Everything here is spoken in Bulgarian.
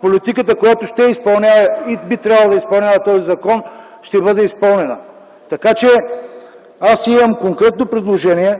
политиката, която ще изпълнява и би трябвало да изпълнява този закон, ще бъде изпълнена. Имам конкретно предложение